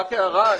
רק הערה,